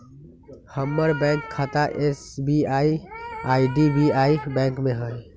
हमर बैंक खता एस.बी.आई आऽ आई.डी.बी.आई बैंक में हइ